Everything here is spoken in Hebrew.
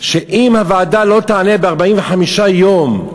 שאם הוועדה לא תענה בתוך 45 ימים,